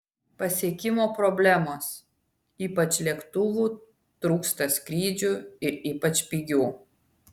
pasiekimo problemos ypač lėktuvų trūksta skrydžių ir ypač pigių